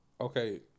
okay